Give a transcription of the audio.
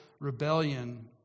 rebellion